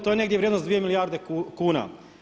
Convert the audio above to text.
To je negdje vrijednost dvije milijarde kuna.